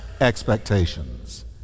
expectations